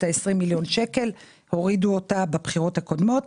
את 20 מיליוני השקלים בבחירות הקודמות.